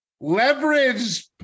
leverage